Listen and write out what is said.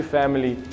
family